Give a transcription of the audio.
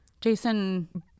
jason